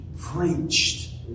preached